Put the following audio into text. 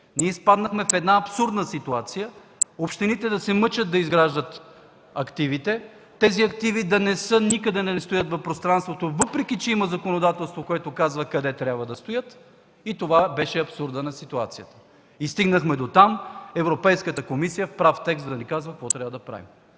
Ние изпаднахме в абсурдна ситуация – общините да се мъчат да изграждат активите, тези активи да не стоят никъде в пространството, въпреки че има законодателство, което казва къде трябва да стоят. Това беше абсурдът на ситуацията. И стигнахме дотам, че Европейската комисия в прав текст да ни казва какво трябва да правим.